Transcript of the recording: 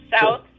South